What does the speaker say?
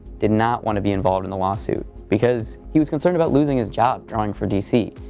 did not want to be involved in the lawsuit, because he was concerned about losing his job drawing for dc.